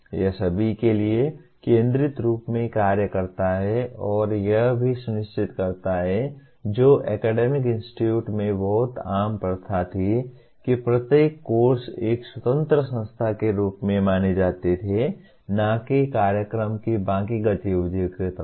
यह सभी के लिए केन्द्रित रूप में कार्य करता है और यह भी सुनिश्चित करता है जो ऐकडेमिक इंस्टीटूट्स में बहुत आम प्रथा थी कि प्रत्येक कोर्स एक स्वतंत्र संस्था के रूप में माने जाते थे नाकि कार्यक्रम की बाकी गतिविधियाँ की तरह